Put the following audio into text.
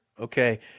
Okay